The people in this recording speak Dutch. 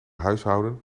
huishouden